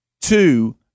two